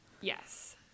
Yes